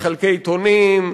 מחלקי עיתונים,